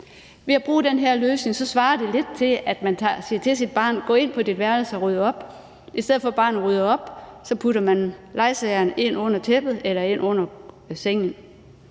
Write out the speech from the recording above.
At bruge den her løsning svarer lidt til, at man siger til sit barn: Gå ind på dit værelse og ryd op. Og i stedet for, at barnet rydder op, putter barnet legesagerne ind under tæppet eller ind under sengen.